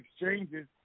exchanges